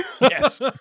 Yes